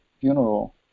funeral